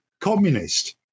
communist